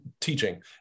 teaching